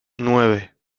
nueve